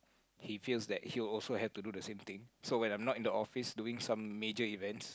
he feels that he will also have to do the same thing so when I'm not in the office doing some major events